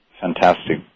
fantastic